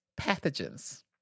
pathogens